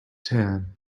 tan